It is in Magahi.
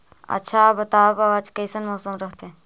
आच्छा बताब आज कैसन मौसम रहतैय?